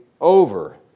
over